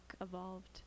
evolved